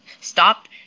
stop